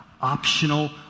optional